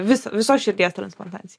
vis visos širdies transplantacija